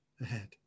ahead